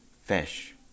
fish